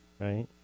Right